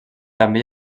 també